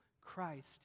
Christ